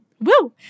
woo